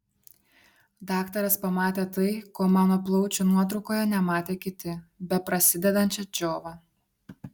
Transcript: daktaras pamatė tai ko mano plaučių nuotraukoje nematė kiti beprasidedančią džiovą